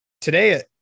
today